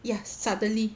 ya suddenly